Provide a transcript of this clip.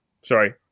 Sorry